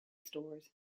stores